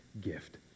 gift